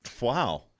Wow